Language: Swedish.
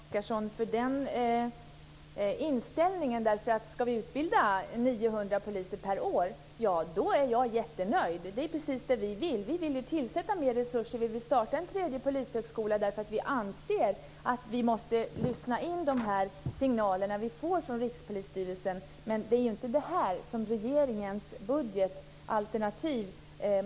Fru talman! Jag tackar Yvonne Oscarsson för den inställningen. Ska vi utbilda 900 poliser per år är jag jättenöjd. Det är precis vad vi vill. Vi vill tillföra mer resurser och starta en tredje polishögskola, eftersom vi anser att man måste lyssna på de signaler som man får från Rikspolisstyrelsen. Det är dock inte detta som föreslås i regeringens budgetalternativ.